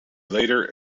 later